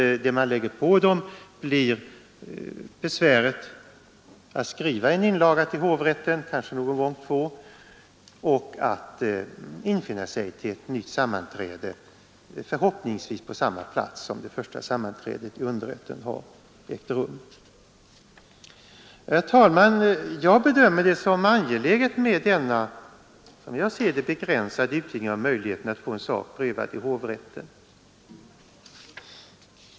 Det man lägger på dem blir under sådana förhållanden besväret att skriva en inlaga — kanske någon gång två inlagor — till hovrätten och att infinna sig till ett nytt sammanträde, förhoppningsvis på samma plats som den där det första Herr talman! Jag bedömer det som angeläget med denna, som jag ser det, begränsade utvidgning av möjligheterna att få en sak prövad i hovrätten.